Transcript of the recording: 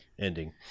ending